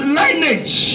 lineage